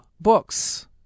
books